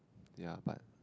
ya but